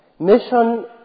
Mission